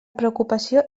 preocupació